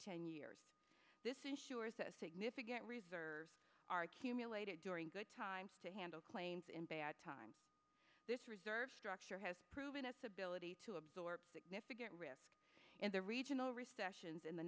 ten years this ensures that a significant reserves are accumulated during good times to handle claims in bad times this reserve structure has proven its ability to absorb significant risk in the regional recessions in the